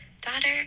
daughter